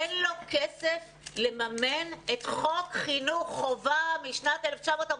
שאין לו כסף לממן את חוק חינוך חובה משנת 1949,